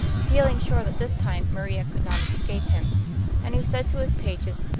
feeling sure that this time maria could not escape him and he said to his pages,